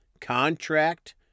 contract